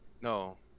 no